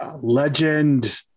Legend